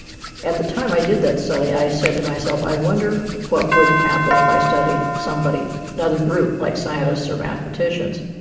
at the time i did that study i said to myself i wonder what would happen if i studied somebody, another group like scientists or mathematicians